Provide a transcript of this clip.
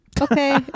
Okay